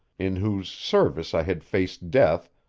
in whose service i had faced death,